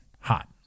hot